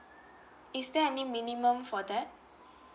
is there any minimum for that